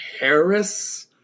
harris